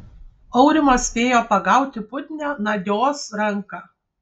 aurimas spėjo pagaut putnią nadios ranką